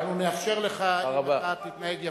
אנחנו נאפשר לך אם אתה תתנהג יפה.